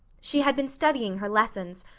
she had been studying her lessons,